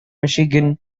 michigan